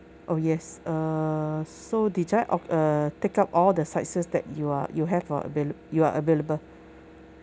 oh yes err so did I orh err take up all the sides that you are you have for availa~ you are available